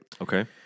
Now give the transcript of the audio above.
Okay